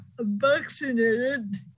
vaccinated